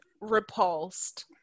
repulsed